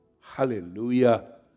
Hallelujah